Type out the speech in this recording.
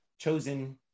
chosen